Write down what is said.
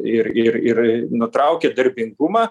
ir ir ir nutraukė darbingumą